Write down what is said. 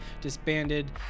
disbanded